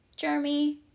Jeremy